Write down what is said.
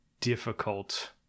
difficult